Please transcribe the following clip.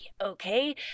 Okay